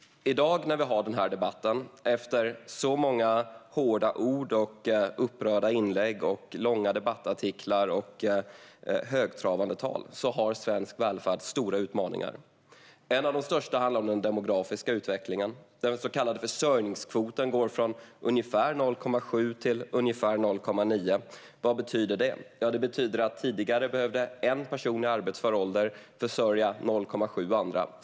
I dag, när vi har denna debatt efter så många hårda ord, upprörda inlägg, långa debattartiklar och högtravande tal, har svensk välfärd stora utmaningar. En av de största är den demografiska utvecklingen. Den så kallade försörjningskvoten går från ungefär 0,7 till ungefär 0,9. Vad betyder det? Jo, det betyder att tidigare behövde en person i arbetsför ålder försörja 0,7 andra.